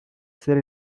ser